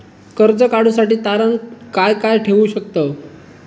कर्ज काढूसाठी तारण काय काय ठेवू शकतव?